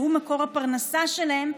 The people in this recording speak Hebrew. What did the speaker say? שהוא מקור הפרנסה שלהם,